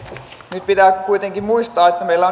nyt pitää kuitenkin muistaa että meillä